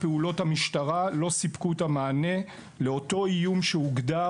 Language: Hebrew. פעולות המשטרה לא סיפקו את המענה לאותו איום שהוגדר